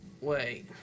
Wait